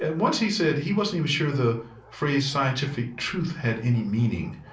and once he said he wasn't even sure the phrase scientific truth had any meaning,